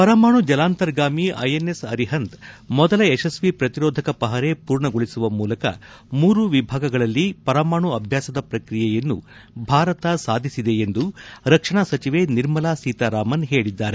ಪರಮಾಣು ಜಲಂತರ್ಗಾಮಿ ಐಎನ್ಎಸ್ ಅರಿಹಂತ್ ಮೊದಲ ಯಶಸ್ವಿ ಪ್ರತಿರೋಧಕ ಪಹರೆ ಪೂರ್ಣಗೊಳಿಸುವ ಮೂಲಕ ಮೂರೂ ವಿಭಾಗದಲ್ಲಿ ಪರಮಾಣು ಅಭ್ಯಾಸದ ಪ್ರಕ್ರಿಯೆಯನ್ನು ಭಾರತ ಸಾಧಿಸಿದೆ ಎಂದು ರಕ್ಷಣಾ ಸಚಿವೆ ನಿರ್ಮಲಾ ಸೀತಾರಾಮನ್ ಹೇಳಿದ್ದಾರೆ